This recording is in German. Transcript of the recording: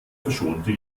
verschonte